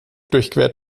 durchquert